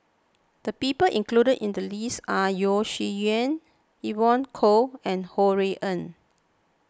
the people included in the list are Yeo Shih Yun Evon Kow and Ho Rui An